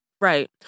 Right